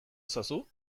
ezazu